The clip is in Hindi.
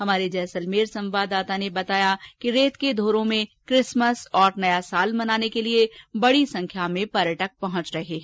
हमारे जैसलमेर संवाददाता ने बताया कि रेत के धोरों में किसमिस और नववर्ष मनाने के लिए बड़ी संख्या में पर्यटक पहुंच रहे हैं